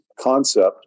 concept